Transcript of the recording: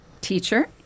teacher